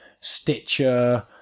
Stitcher